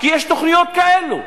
כי יש תוכניות כאלו.